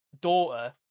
daughter